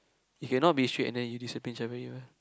you can not be strict and then you discipline whichever you are